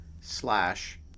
slash